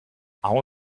our